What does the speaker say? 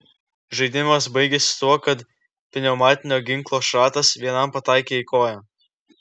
žaidimas baigėsi tuo kad pneumatinio ginklo šratas vienam pataikė į koją